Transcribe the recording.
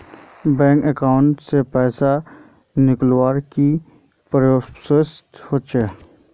Bank account से पैसा निकालवर की की प्रोसेस होचे?